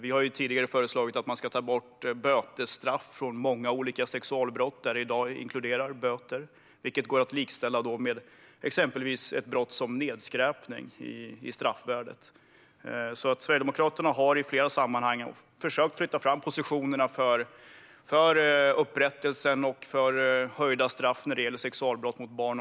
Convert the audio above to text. Vi har tidigare föreslagit att man ska ta bort bötesstraff från många olika sexualbrott som i dag inkluderar böter, vilket går att likställa med exempelvis ett brott som nedskräpning när det gäller straffvärdet. Sverigedemokraterna har alltså i flera sammanhang försökt flytta fram positionerna för upprättelsen och för höjda straff när det gäller sexualbrott mot barn.